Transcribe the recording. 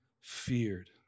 feared